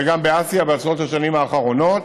וגם באסיה בעשרות השנים האחרונות.